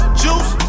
juice